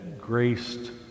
graced